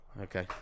Okay